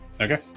Okay